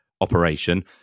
operation